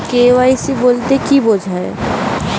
KYC বলতে কি বোঝায়?